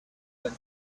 went